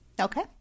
Okay